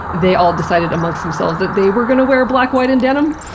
they all decided amongst themselves that they were going to wear black, white and denim.